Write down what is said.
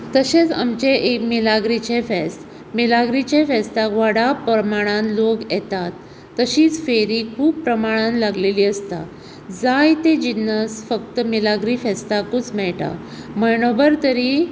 तशेंच आमचें मिलाग्रिचे फेस्त मिलाग्रिच्या फेस्ताक व्हडा प्रमाणान लोक येतात तशींच फेरीं खुब प्रमाणान लागलेली आसतां जांय तें जिनस फक्त मिलाग्रिस्त फेस्ताकूच मेळटां म्हयनोभर तरी